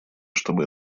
чтобы